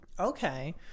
Okay